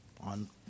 on